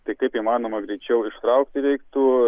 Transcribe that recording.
tai kaip įmanoma greičiau ištraukti reiktų